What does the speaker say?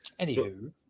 Anywho